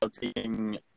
taking